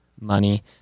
money